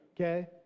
okay